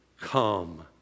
come